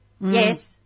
Yes